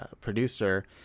producer